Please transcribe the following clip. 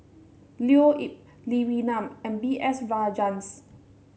Leo Yip Lee Wee Nam and B S Rajhans